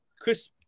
Chris